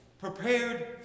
Prepared